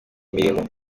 imirimo